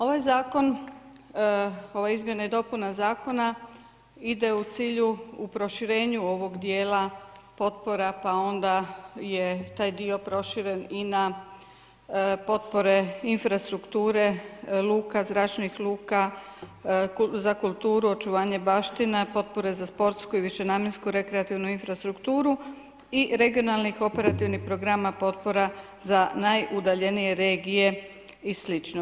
Ovaj zakon, ova izmjena i dopuna zakona ide u cilju proširenja ovog dijela potpora pa onda je taj dio proširen i na potpore infrastrukture luka, zračnih luka, za kulturu očuvanje baština, potpore za sportsku i višenamjensku rekreativnu infrastrukturu i regionalni operativnih programa potpore za najudaljenije regije i slično.